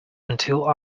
until